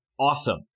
Awesome